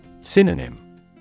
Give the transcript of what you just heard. Synonym